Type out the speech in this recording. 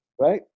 right